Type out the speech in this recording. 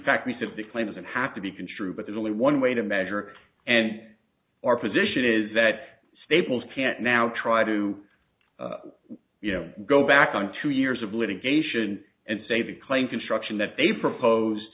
of the claim doesn't have to be construed but there's only one way to measure and our position is that staples can now try to you know go back on two years of litigation and say that claim construction that they proposed